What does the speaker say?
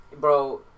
bro